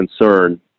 concern